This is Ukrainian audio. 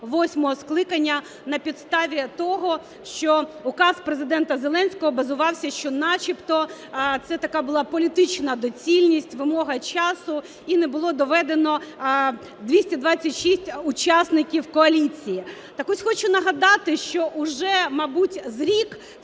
восьмого скликання на підставі того, що Указ Президента Зеленського базувався, що начебто це така була політична доцільність, вимога часу і не було доведено 226 учасників коаліції. Так ось, хочу нагадати, що уже, мабуть, рік